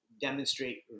demonstrate